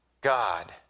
God